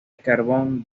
carbón